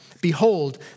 Behold